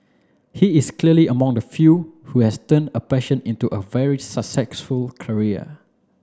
he is clearly among the few who has turned a passion into a very successful career